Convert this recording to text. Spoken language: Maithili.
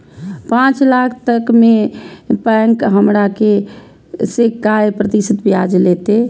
पाँच लाख तक में बैंक हमरा से काय प्रतिशत ब्याज लेते?